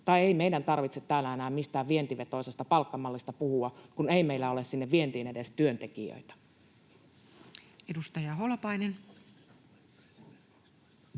Tai ei meidän tarvitse täällä enää mistään vientivetoisesta palkkamallista puhua, kun ei meillä ole sinne vientiin edes työntekijöitä. [Speech